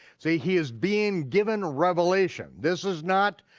see he is being given revelation, this is not,